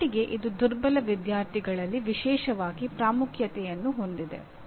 ಆ ಮಟ್ಟಿಗೆ ಇದು ದುರ್ಬಲ ವಿದ್ಯಾರ್ಥಿಗಳಲ್ಲಿ ವಿಶೇಷವಾಗಿ ಪ್ರಾಮುಖ್ಯತೆಯನ್ನು ಹೊಂದಿದೆ